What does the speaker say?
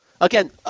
Again